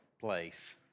place